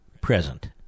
present